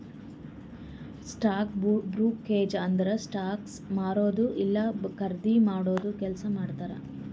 stock brokerage ಅಂದುರ್ stocks ಮಾರದು ಇಲ್ಲಾ ಖರ್ದಿ ಮಾಡಾದು ಕೆಲ್ಸಾ ಮಾಡ್ತಾರ್